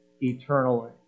eternally